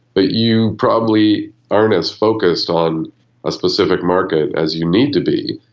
but you probably aren't as focused on a specific market as you need to be.